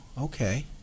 Okay